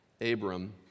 Abram